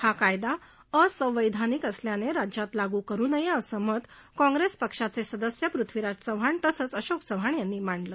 हा कायदा असंवैधानिक असल्याने राज्यात लाग करू नये असं मत काँग्रेस पक्षाचे सदस्य माजी मृख्यमंत्री पृथ्वीराज चव्हाण तसंच अशोक चव्हाण यांनी मांडलं